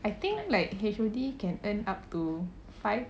I think like H_O_D can earn up to five